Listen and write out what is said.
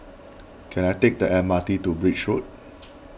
can I take the M R T to Birch Road